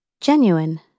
Genuine